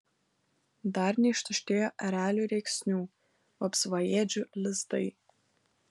dar neištuštėjo erelių rėksnių vapsvaėdžių lizdai